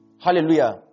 Hallelujah